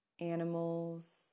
animals